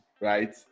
right